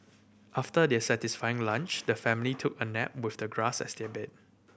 after their satisfying lunch the family took a nap with the grass as their bed